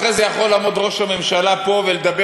אחרי זה יכול לעמוד ראש הממשלה פה ולדבר